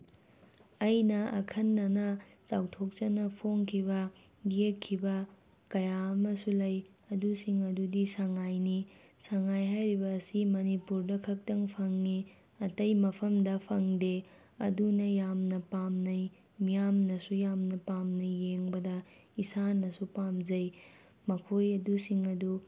ꯑꯩꯅ ꯑꯈꯟꯅꯅ ꯆꯥꯎꯊꯣꯛꯆꯅ ꯐꯣꯡꯈꯤꯕ ꯌꯦꯛꯈꯤꯕ ꯀꯌꯥ ꯑꯃꯁꯨ ꯂꯩ ꯑꯗꯨꯁꯤꯡ ꯑꯗꯨꯗꯤ ꯁꯉꯥꯏꯅꯤ ꯁꯉꯥꯏ ꯍꯥꯏꯔꯤꯕ ꯑꯁꯤ ꯃꯅꯤꯄꯨꯔꯗ ꯈꯛꯇꯪ ꯐꯪꯉꯤ ꯑꯇꯩ ꯃꯐꯝꯗ ꯐꯪꯗꯦ ꯑꯗꯨꯅ ꯌꯥꯝꯅ ꯄꯥꯝꯅꯩ ꯃꯤꯌꯥꯝꯅꯁꯨ ꯌꯥꯝꯅ ꯄꯥꯝꯅꯩ ꯌꯦꯡꯕꯗ ꯏꯁꯥꯅꯁꯨ ꯄꯥꯝꯖꯩ ꯃꯈꯣꯏ ꯑꯗꯨꯁꯤꯡ ꯑꯗꯨ